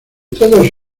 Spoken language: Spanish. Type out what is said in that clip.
todos